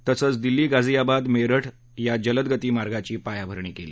तसंच दिल्ली गाझियाबाद मेरठ जलदगती मार्गाची पायाभरणी केली